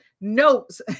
notes